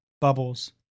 Bubbles